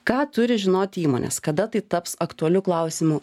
ką turi žinoti įmonės kada tai taps aktualiu klausimu